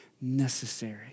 necessary